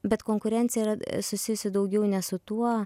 bet konkurencija yra susijusi daugiau ne su tuo